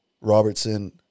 Robertson